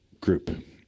group